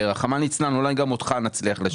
ורחמנא ליצלן אולי גם אותך נצליח לשכנע,